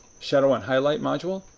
shadow and highlights module,